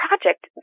project